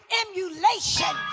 emulation